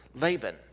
Laban